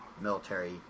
military